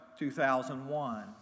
2001